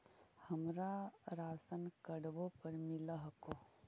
हमरा राशनकार्डवो पर मिल हको?